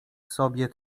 sobie